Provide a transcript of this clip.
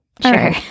sure